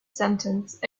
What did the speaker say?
sentence